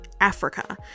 Africa